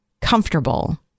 comfortable